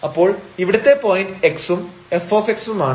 അപ്പോൾ ഇവിടത്തെ പോയിന്റ് x ഉം f ഉം ആണ്